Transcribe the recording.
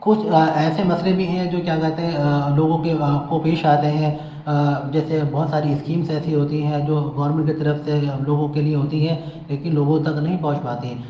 کچھ ایسے مسئلے بھی ہیں جو کیا کہتے ہیں لوگوں کو پیش آتے ہیں جیسے بہت ساری اسکیمس ایسی ہوتی ہیں جو گورنمنٹ کے طرف سے ہم لوگوں کے لیے ہوتی ہیں لیکن لوگوں تک نہیں پہنچ پاتی ہیں